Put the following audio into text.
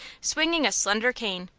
swinging a slender cane,